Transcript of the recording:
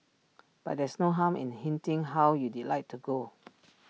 but there's no harm in hinting how you'd like to go